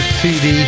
cd